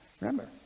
remember